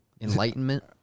Enlightenment